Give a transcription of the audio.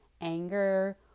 anger